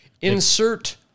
insert